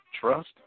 trust